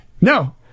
No